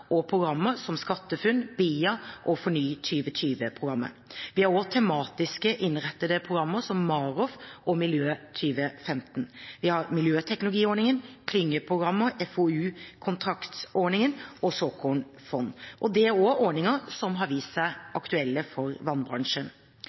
og programmer, som SkatteFUNN, BIA og FORNY2020-programmet. Vi har også tematisk innrettede programmer, som MAROFF og Miljø 2015. Vi har Miljøteknologiordningen, klyngeprogrammer, FoU-kontraktsordningen og såkornfond. Dette er ordninger som har vist seg aktuelle for vannbransjen.